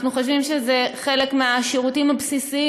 אנחנו חושבים שזה חלק מהשירותים הבסיסיים